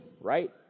right